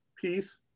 peace